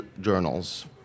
journals